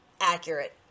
accurate